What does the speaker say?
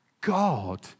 God